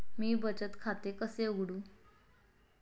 मी बचत खाते कसे उघडू?